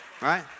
right